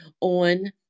on